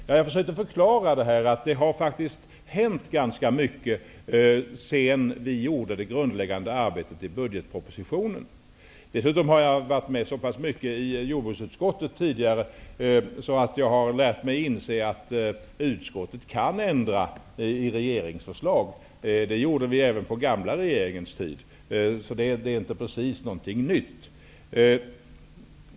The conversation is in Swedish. Jag försökte förklara att det har hänt ganska mycket sedan vi gjorde det grundläggande arbetet i budgetpropositionen. Dessutom har jag tidigare varit med så pass mycket i jordbruksutskottet att jag har lärt mig att inse att utskottet kan ändra i regeringsförslag. Det gjorde man även på den förra regeringens tid. Så det är inte precis någonting nytt.